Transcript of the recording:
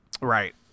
Right